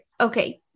Okay